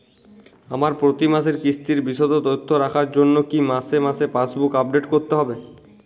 আমার প্রতি মাসের কিস্তির বিশদ তথ্য রাখার জন্য কি মাসে মাসে পাসবুক আপডেট করতে হবে?